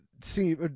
see